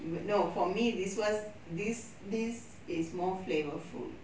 no for me this was this this is more flavourful